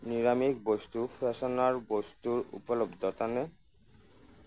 নিৰামিষ বস্তু ফ্ৰেছনাৰ বস্তু উপলব্ধতানে